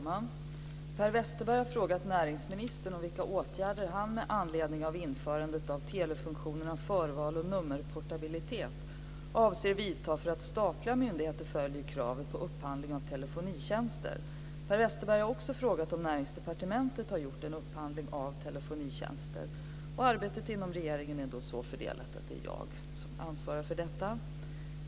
Fru talman! Per Westerberg har frågat näringsministern vilka åtgärder han med anledning av införandet av telefunktionerna förval och nummerportabilitet avser vidta för att statliga myndigheter följer kravet på upphandling av telefonitjänster. Per Westerberg har också frågat om Näringsdepartementet har gjort en upphandling av telefonitjänster. Arbetet inom regeringen är så fördelat att det är jag som ansvarar för detta.